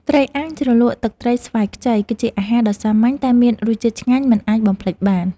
ត្រីអាំងជ្រលក់ទឹកត្រីស្វាយខ្ចី គឺជាអាហារដ៏សាមញ្ញតែមានរសជាតិឆ្ងាញ់មិនអាចបំភ្លេចបាន។